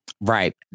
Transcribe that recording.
Right